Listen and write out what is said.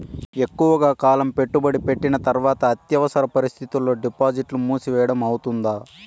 ఎక్కువగా కాలం పెట్టుబడి పెట్టిన తర్వాత అత్యవసర పరిస్థితుల్లో డిపాజిట్లు మూసివేయడం అవుతుందా?